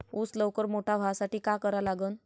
ऊस लवकर मोठा व्हासाठी का करा लागन?